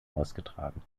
ausgetragen